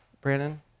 Brandon